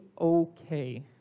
okay